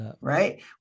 right